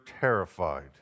terrified